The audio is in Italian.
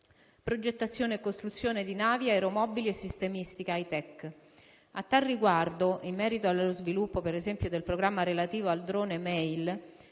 (progettazione e costruzione di navi e aeromobili e sistemistica *hi-tech*).